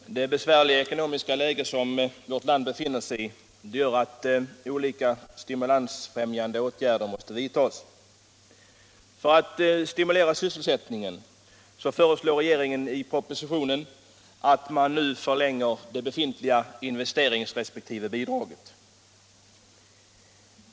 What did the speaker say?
Herr talman! Det besvärliga ekonomiska läge som vårt land befinner sig i gör att olika stimulansfrämjande åtgärder måste vidtas. I propositionen föreslår regeringen att man för att stimulera sysselsättningen nu skall förlänga de befintliga investeringsbidragen resp. investeringsavdragen.